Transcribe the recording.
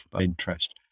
interest